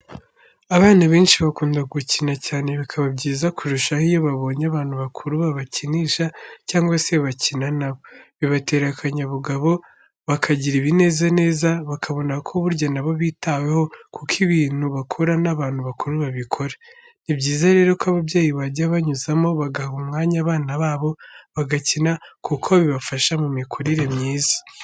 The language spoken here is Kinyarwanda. Abana benshi bakunda gukina cyane bikaba byiza kurushaho iyo babonye abantu bakuru babakinisha, cyangwa se bakina na bo, bibatera akanyabugabo, bakagira ibinezaneza bakabona ko burya na bo bitaweho kuko ibintu bakora n'abantu bakuru babikora. Ni byiza rero ko ababyeyi bajya banyuzamo bagaha umwanya abana babo bagakina kuko bibafasha mu mikurire myiza.